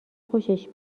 خوشش